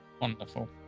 Wonderful